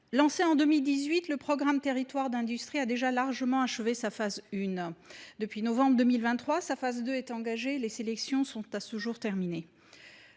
Lancé en 2018, le programme Territoires d’industrie a déjà largement achevé sa phase I. Depuis le mois de novembre 2023, sa phase II est engagée et les sélections sont à ce jour terminées.